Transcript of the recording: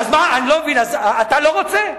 אז מה, אני לא מבין, אתה לא רוצה?